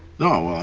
no. i